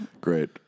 Great